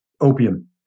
opium